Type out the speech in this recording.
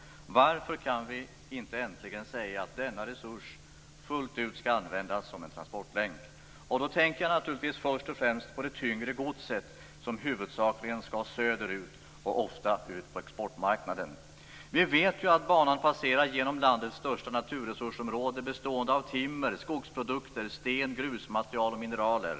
Varför kan vi inte äntligen säga att denna resurs fullt ut skall användas som en transportlänk? Och då tänker jag naturligtvis först och främst på det tyngre godset som huvudsakligen skall söder ut och ofta ut på exportmarknaden. Vi vet ju att banan passerar genom landets största naturresursområde, naturresurser bestående av timmer, skogsprodukter, sten, grusmaterial och mineraler.